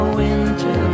winter